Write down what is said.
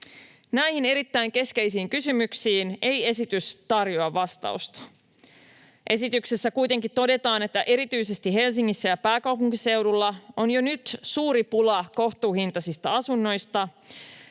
Näihin erittäin keskeisiin kysymyksiin ei esitys tarjoa vastausta. Esityksessä kuitenkin todetaan, että erityisesti Helsingissä ja pääkaupunkiseudulla on jo nyt suuri pula kohtuuhintaisista asunnoista